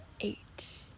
eight